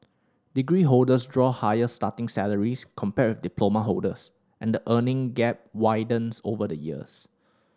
degree holders draw higher starting salaries compared with diploma holders and the earning gap widens over the years